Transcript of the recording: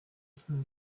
from